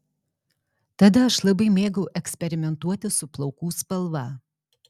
tada aš labai mėgau eksperimentuoti su plaukų spalva